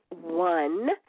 one